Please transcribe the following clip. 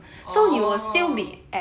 oh